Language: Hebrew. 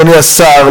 אדוני השר,